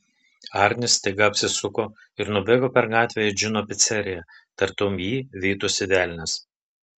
arnis staiga apsisuko ir nubėgo per gatvę į džino piceriją tartum jį vytųsi velnias